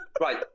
Right